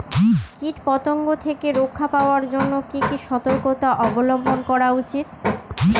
কীটপতঙ্গ থেকে রক্ষা পাওয়ার জন্য কি কি সর্তকতা অবলম্বন করা উচিৎ?